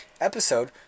episode